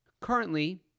Currently